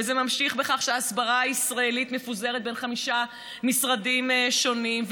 וזה ממשיך בכך שההסברה הישראלית מפוזרת בין חמישה משרדים שונים,